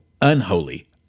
unholy